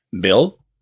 Bill